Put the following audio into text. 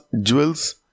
jewels